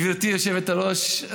גברתי היושבת-ראש,